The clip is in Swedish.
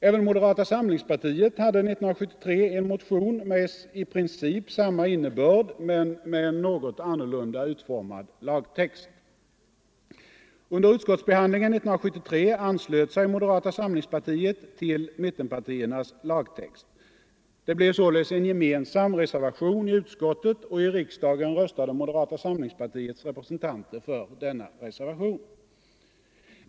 Även moderata samlingspartiet hade 1973 en motion med i princip samma innebörd men med en något annorlunda utformad lagtext. Under utskottsbehandlingen 1973 anslöt sig moderata samlingspartiet till mittenpartiernas lagtext. Det blev således en gemensam reservation i utskottet, och i riksdagen röstade moderata samlingspartiets representanter för denna reservation.